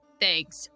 Thanks